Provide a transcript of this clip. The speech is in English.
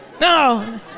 No